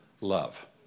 love